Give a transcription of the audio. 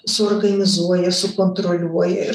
suorganizuoja sukontroliuoja ir